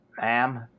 Ma'am